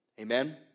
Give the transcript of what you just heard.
Amen